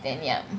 then ya